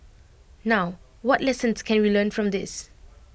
now what lessons can we learn from this